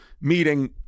meeting